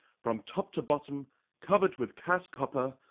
from top to bottom covered with cast copper,